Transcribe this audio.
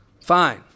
fine